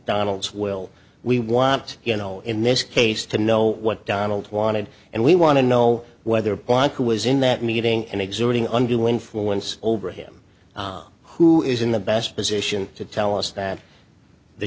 donald's will we want you know in this case to know what donald wanted and we want to know whether blanca was in that meeting and exerting undue influence over him who is in the best position to tell us that the